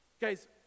Guys